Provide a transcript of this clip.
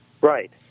Right